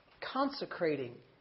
consecrating